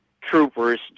troopers